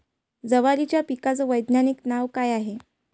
जवारीच्या पिकाचं वैधानिक नाव का हाये?